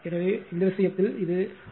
எனவே இந்த விஷயத்தில் இது 2